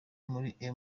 muri